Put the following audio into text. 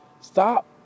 Stop